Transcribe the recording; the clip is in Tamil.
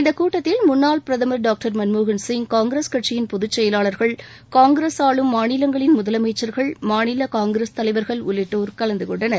இந்த கூட்டத்தில் முன்னாள் பிரதமா் டாக்டர் மன்மோகன்சிங் காங்கிரஸ் கட்சியின் பொதுச்செயலாளர்கள் காங்கிரஸ் ஆளும் மாநிலங்களின் முதலமைச்சர்கள் மாநில காங்கிரஸ் தலைவர்கள் உள்ளிட்டோர் கலந்து கொண்டனர்